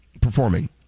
performing